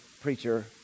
preacher